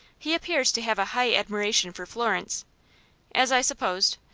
he appears to have a high admiration for florence as i supposed.